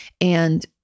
and-